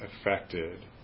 affected